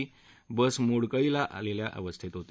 ही bus मोडकळीला आलेल्या अवस्थेतली होती